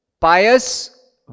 pious